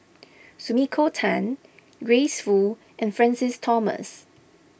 Sumiko Tan Grace Fu and Francis Thomas